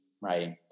Right